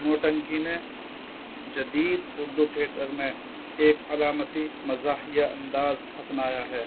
نوٹنکی نے جدید اردو ٹھیئیٹر میں ایک علامتی مزاحیہ انداز اپنایا ہے